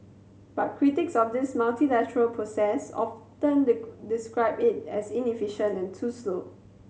but critics of this multilateral process often describe it as inefficient and too slow